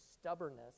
stubbornness